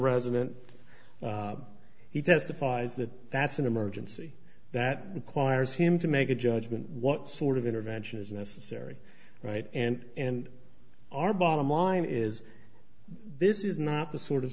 resident he testifies that that's an emergency that requires him to make a judgment what sort of intervention is necessary right and and our bottom line is this is not the sort of